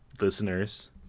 listeners